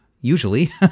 usually